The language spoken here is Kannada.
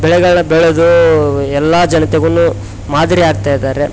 ಬೆಳೆಗಳನ್ನ ಬೆಳ್ದು ಎಲ್ಲ ಜನತೆಗು ಮಾದರಿ ಆಗ್ತಾ ಇದ್ದಾರೆ